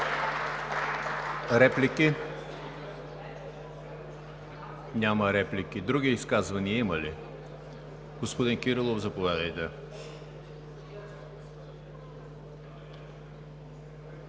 Реплики? Няма реплики. Други изказвания има ли? Господин Кирилов, заповядайте.